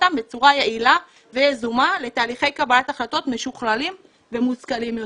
אותן בצורה יעילה ויזומה לתהליכי קבלת החלטות משוכללים ומושכלים יותר.